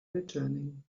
returning